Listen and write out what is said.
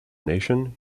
nation